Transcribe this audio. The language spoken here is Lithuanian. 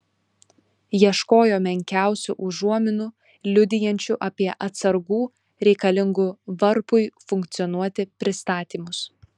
ieškojo menkiausių užuominų liudijančių apie atsargų reikalingų varpui funkcionuoti pristatymus